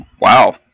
Wow